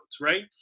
right